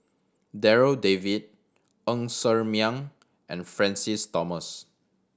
Darryl David Ng Ser Miang and Francis Thomas